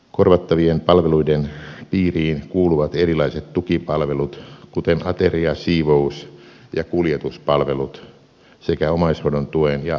korvattavien palveluiden piiriin kuuluvat erilaiset tukipalvelut kuten ateria siivous ja kuljetuspalvelut sekä omaishoidon tuen ja avosairaanhoidon kustannukset